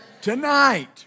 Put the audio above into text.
Tonight